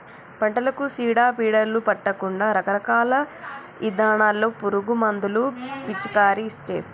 పంటలకు సీడ పీడలు పట్టకుండా రకరకాల ఇథానాల్లో పురుగు మందులు పిచికారీ చేస్తారు